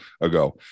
ago